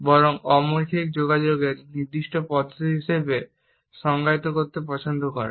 বরং অমৌখিক যোগাযোগের নির্দিষ্ট পদ্ধতি হিসাবে সংজ্ঞায়িত করতে পছন্দ করেন